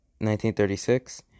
1936